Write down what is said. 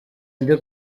ndi